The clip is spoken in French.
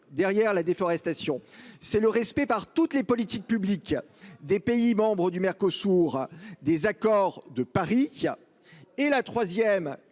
derrière la déforestation. C'est le respect par toutes les politiques publiques des pays membres du Mercosur des accords de Paris qui a et la 3ème